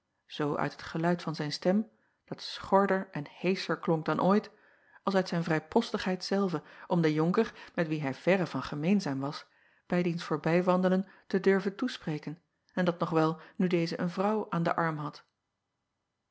zoo uit het geluid van zijn stem dat schorder en heescher klonk dan ooit als uit zijn vrijpostigheid zelve om den onker met wien hij verre van gemeenzaam was bij diens voorbijwandelen te durven toespreken en dat nog wel nu deze een vrouw aan den arm had